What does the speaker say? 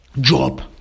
job